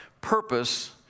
purpose